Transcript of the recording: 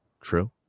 True